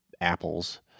apples